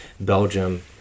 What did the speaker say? Belgium